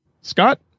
Scott